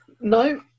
No